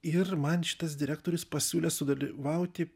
ir man šitas direktorius pasiūlė sudalyvauti